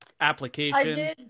application